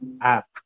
app